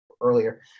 earlier